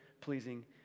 pleasing